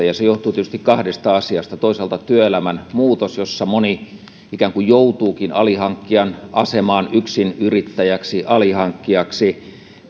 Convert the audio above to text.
ja se johtuu tietysti kahdesta asiasta toisaalta työelämän muutoksesta jossa moni ikään kuin joutuukin alihankkijan asemaan yksinyrittäjäksi alihankkijaksi